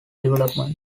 development